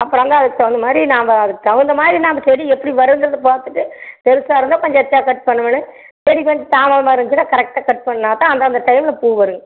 அப்புறந்தான் அதுக்கு தகுந்த மாதிரி நாம் அதுக்கு தகுந்த மாதிரி நாம் செடி எப்படி வருன்றததை பார்த்துட்டு பெருசாக இருந்தால் கொஞ்சம் எஸ்ட்ரா கட் பண்ணி விடணும் செடி கொஞ்சம் இருந்துச்சுன்னா கரெக்டாக கட் பண்ணலாம் அப்போ அந்தந்த டைமில் பூ வரும்